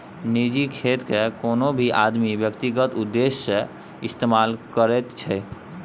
निजी खातेकेँ कोनो भी आदमी व्यक्तिगत उद्देश्य सँ इस्तेमाल करैत छै